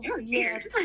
Yes